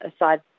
aside